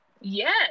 Yes